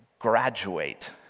graduate